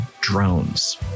drones